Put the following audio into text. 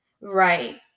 Right